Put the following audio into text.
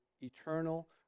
eternal